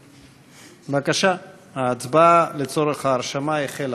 בבקשה, ההצבעה לצורך ההרשמה החלה.